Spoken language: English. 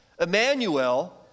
Emmanuel